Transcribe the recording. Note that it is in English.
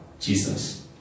Jesus